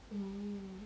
mm